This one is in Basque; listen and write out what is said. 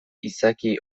izaki